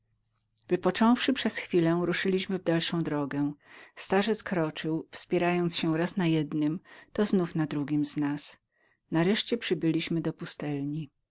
wypocząwszy przez chwilę ruszyliśmy w dalszą drogę starzec postępował z nami wspierając się raz na jednym to znowu na drugim nareszcie przybyliśmy do pustelni